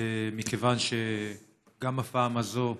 מכיוון שגם בפעם הזאת,